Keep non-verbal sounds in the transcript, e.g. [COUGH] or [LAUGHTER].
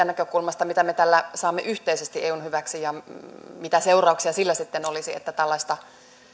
[UNINTELLIGIBLE] näkökulmasta mitä me tällä saamme yhteisesti eun hyväksi ja mitä seurauksia sillä sitten olisi että tällaista